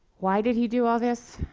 why did he do all this?